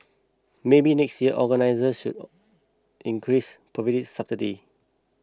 maybe next year organisers should increasing providing subtitles